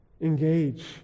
Engage